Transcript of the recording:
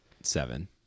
seven